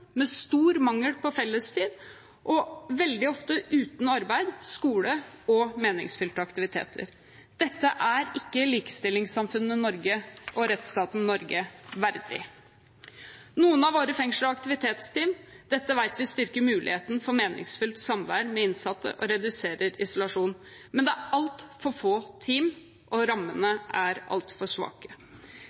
med stor mangel på fellestid og veldig ofte uten arbeid, skole og meningsfylte aktiviteter. Dette er ikke likestillingssamfunnet og rettsstaten Norge verdig. Noen av våre fengsler har aktivitetsteam. Dette vet vi styrker muligheten for meningsfylt samvær med innsatte og reduserer isolasjon. Men det er altfor få team, og rammene er altfor svake.